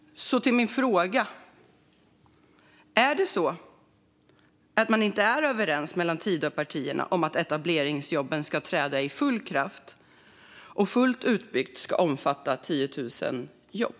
Så till min fråga: Är det så att Tidöpartierna inte är överens om att etableringsjobben ska träda i full kraft och att de fullt utbyggda ska omfatta 10 000 jobb?